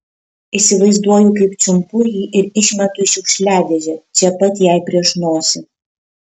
įsivaizduoju kaip čiumpu jį ir išmetu į šiukšliadėžę čia pat jai prieš nosį